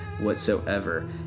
whatsoever